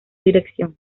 dirección